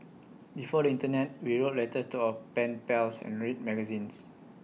before the Internet we wrote letters to our pen pals and read magazines